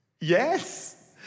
Yes